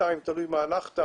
וכתוצאה מהנושאים הללו,